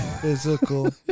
physical